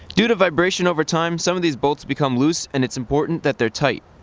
due to vibration over time, some of these bolts become loose and it's important that they're tight.